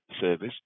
service